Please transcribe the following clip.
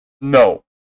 No